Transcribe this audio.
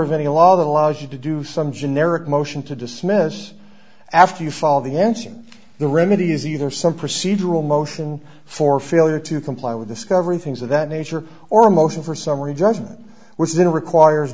of any law that allows you to do some generic motion to dismiss after you fall the answer the remedy is either some procedural motion for failure to comply with discovery things of that nature or a motion for summary judgment was in requires